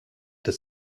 des